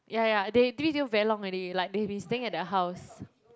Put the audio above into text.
ya ya they b_t_o very long already like they have been staying at that house